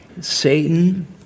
Satan